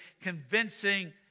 convincing